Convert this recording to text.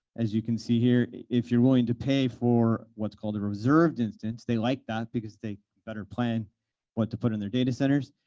as you can see here. if you're willing to pay for what's called a reserved instance, they like that because they can better plan what to put in their data centers.